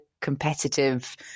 competitive